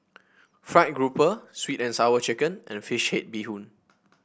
fried grouper sweet and Sour Chicken and fish head Bee Hoon